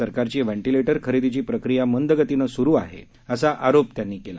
सरकारची व्हेंटिलेटर खरेदीची प्रक्रिया मंद गतीने सुरु आहे असा आरोप त्यांनी केला